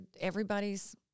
Everybody's